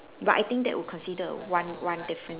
but I think that would consider a one one difference